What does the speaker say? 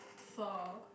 for